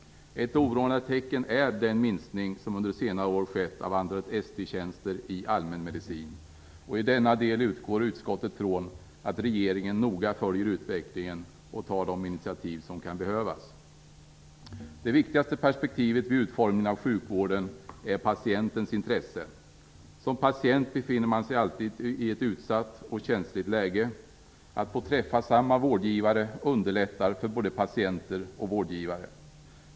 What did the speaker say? Ett oroande tecken är den minskning som under senare år skett av antalet ST-tjänster i allmänmedicin. I denna del utgår utskottet ifrån att regeringen noga följer utvecklingen och tar de initiativ som kan behövas. Det viktigaste perspektivet vid utformningen av sjukvården är patientens intresse. Som patient befinner man sig alltid i ett utsatt och känsligt läge. Att få träffa samma vårdgivare underlättar för både patienter och vårdgivare.